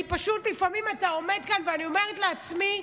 לפעמים אתה עומד כאן, ואני אומרת לעצמי: